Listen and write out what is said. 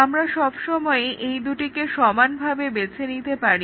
আমরা সব সময়ই এই দুটিকে সমান ভাবে বেছে নিতে পারি